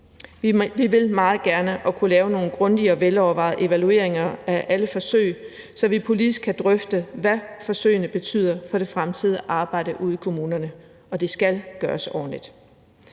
Vi vil meget gerne kunne lave nogle grundige og velovervejede evalueringer af alle forsøg, så vi politisk kan drøfte, hvad forsøgene betyder for det fremtidige arbejde ude i kommunerne, og det skal gøres ordentligt.